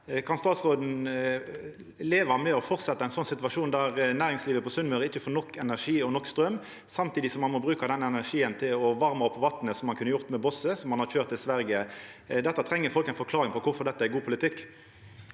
Kan statsråden leva med ein situasjon der næringslivet på Sunnmøre ikkje får nok energi og nok straum, samtidig som ein må bruka den energien til å varma opp vatnet, som ein kunna gjort med bosset som ein har køyrt til Sverige? Folk treng ei forklaring på kvifor dette er god politikk.